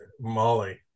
molly